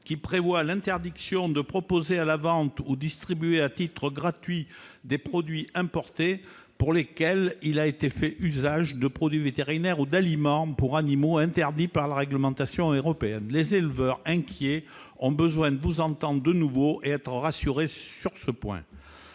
qui prévoit l'interdiction de proposer à la vente ou de distribuer à titre gratuit des produits importés pour lesquels il a été fait usage de produits vétérinaires ou d'aliments pour animaux interdits par la réglementation européenne ? Les éleveurs, inquiets, ont besoin de vous entendre de nouveau et d'être rassurés sur ce point.